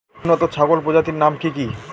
উন্নত ছাগল প্রজাতির নাম কি কি?